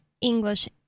English